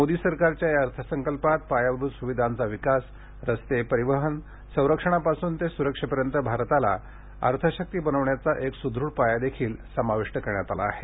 मोदी सरकारच्या या अर्थसंकल्पात पायाभूत सुविधांचा विकास रस्ते परिवहन संरक्षणापासून ते सुरक्षेपर्यंत भारताला अर्थशक्ती बनवण्याचा एक सुदृढ पाया देखील समाविष्ट करण्यात आला आहे